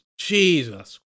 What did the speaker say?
Jesus